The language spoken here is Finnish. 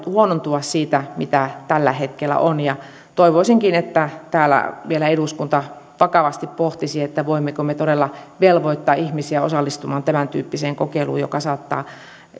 huonontua siitä mitä tällä hetkellä on toivoisinkin että täällä vielä eduskunta vakavasti pohtisi voimmeko me todella velvoittaa ihmisiä osallistumaan tämäntyyppiseen kokeiluun joka saattaa